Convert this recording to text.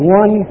one